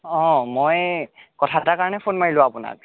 অঁ মই কথা এটাৰ কাৰণে ফোন মাৰিলোঁ আপোনাক